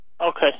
Okay